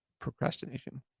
procrastination